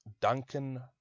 Duncan